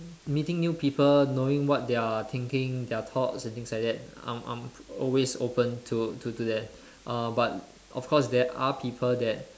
meeting new people knowing what they are thinking their thoughts and things like that I'm I'm always open to to do that uh but of course there are people that